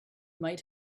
might